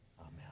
Amen